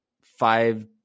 five